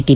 T